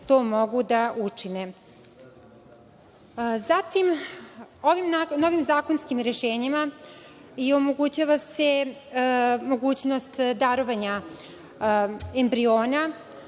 to mogu da učine. Zatim, ovim novim zakonskim rešenjima omogućava se i mogućnost darovanja embriona.